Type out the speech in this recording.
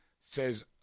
says